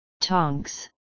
Tonks